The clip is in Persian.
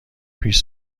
پیش